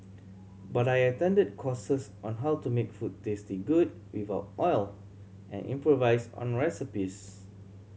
but I attended courses on how to make food taste good without oil and improvise on recipes